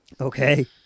Okay